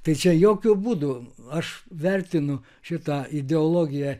tai čia jokiu būdu aš vertinu šitą ideologiją